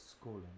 schooling